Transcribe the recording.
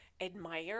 admire